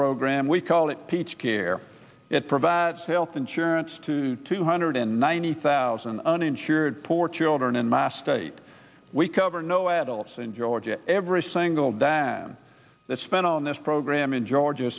program we call it peach care it provides health insurance to two hundred and ninety thousand uninsured poor children in mass state we cover no adults in georgia every single dime spent on this program in georgia